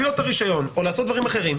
לו את הרישיון או לעשות דברים אחרים.